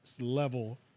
level